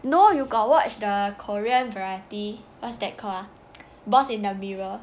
no you got watch the korean variety what's that call ah boss in the mirror